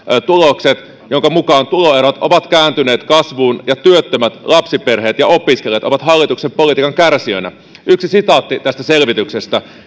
tulokset joiden mukaan tuloerot ovat kääntyneet kasvuun ja työttömät lapsiperheet ja opiskelijat ovat hallituksen politiikan kärsijöinä yksi sitaatti tästä selvityksestä